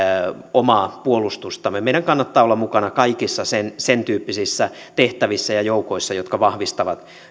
omaa puolustustamme meidän kannattaa olla mukana kaikissa sen sen tyyppisissä tehtävissä ja joukoissa jotka vahvistavat